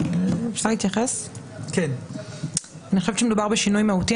מאחר שמדובר בשינוי מהותי,